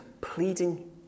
pleading